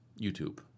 youtube